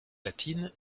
latine